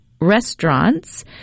restaurants